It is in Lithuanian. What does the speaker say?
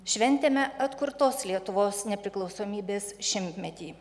šventėme atkurtos lietuvos nepriklausomybės šimtmetį